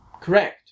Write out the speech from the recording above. correct